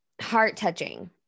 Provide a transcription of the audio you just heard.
heart-touching